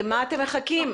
למה אתם מחכים?